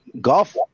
golf